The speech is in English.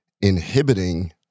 inhibiting